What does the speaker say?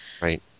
Right